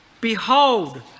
Behold